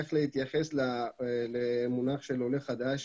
איך להתייחס למונח של עולה חדש.